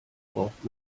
braucht